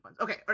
Okay